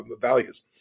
values